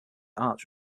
arts